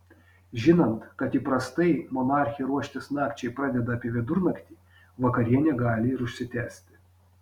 žinant kad įprastai monarchė ruoštis nakčiai pradeda apie vidurnaktį vakarienė gali ir užsitęsti